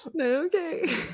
Okay